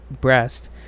breast